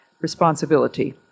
responsibility